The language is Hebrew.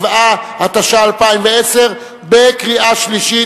27), התשע"א 2010, בקריאה שלישית.